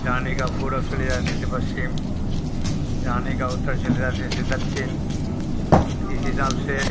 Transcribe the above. जाने का पूर्व चले जाते थे पश्चिम जाने का उत्तर चले जाते थे दक्षिण इसी हिसाब से